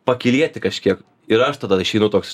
pakylėti kažkiek ir aš tada išeinu toks